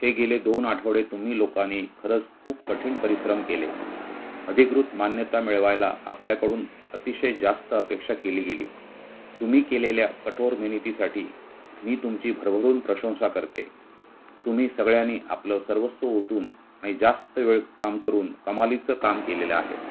हे गेले दोन आठवडे तुम्ही लोकानी खरंच खूप कठीण परिश्रम केले अधिकृत मान्यता मिळवायला आपल्याकडून अतिशय जास्त अपेक्षा केली गेली तुम्ही केलेल्या कठोर मेहनतीसाठी मी तुमची भरभरून प्रशंसा करते तुम्ही सगळ्यांनी आपलं सर्वस्व ओतून आणि जास्त वेळ काम करून कमालीचं काम केलेलं आहे